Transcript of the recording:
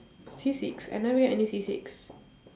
C six I never get any C six